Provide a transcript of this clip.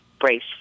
brace